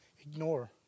ignore